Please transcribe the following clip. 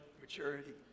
maturity